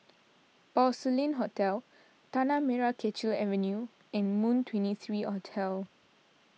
Porcelain Hotel Tanah Merah Kechil Avenue and Moon twenty three Hotel